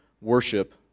worship